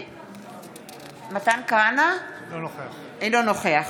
אינו נוכח